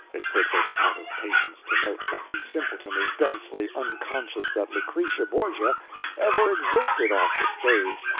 it puts us out of patience to note that the simpleton is densely unconscious that lucrezia borgia ever existed off the stage.